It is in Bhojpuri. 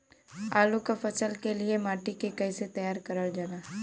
आलू क फसल के लिए माटी के कैसे तैयार करल जाला?